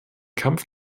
kampf